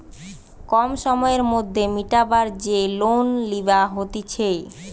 কম সময়ের মধ্যে মিটাবার যে লোন লিবা হতিছে